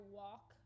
walk